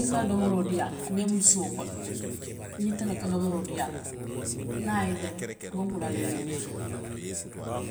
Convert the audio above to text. Niŋ i ka domoroo dii a la, i bulu suo kono niŋ ite le ka domoroo dii a la, niŋ a ye i je rek a be bula la i nooma le.